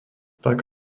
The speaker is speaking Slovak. tak